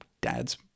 dad's